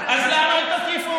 אז למה "אל תטיפו"?